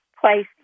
place